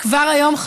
כבר היום,